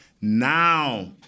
now